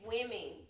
Women